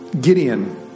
Gideon